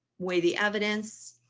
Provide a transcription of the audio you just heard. weigh the evidence.